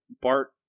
bart